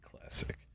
Classic